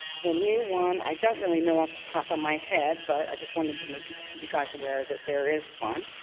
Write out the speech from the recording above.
the new one, i don't really know off the top of my head, but i just wanted to make you guys aware that there is one.